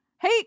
Hey